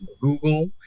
Google